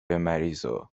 مریضو